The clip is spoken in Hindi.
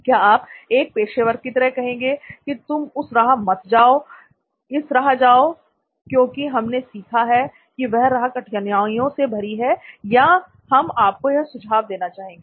क्या आप एक पेशेवर की तरह कहेंगे कि तुम उस राह मत जाओ इस राह जाओ क्योंकि हमने सीखा है कि वह राह कठिनाइयों से भरी है या हम आपको यह सुझाव देना चाहेंगे